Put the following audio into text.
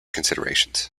considerations